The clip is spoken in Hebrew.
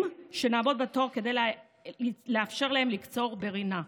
שנעמוד בתור כדי לאפשר להם לקצור ברינה.